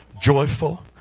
joyful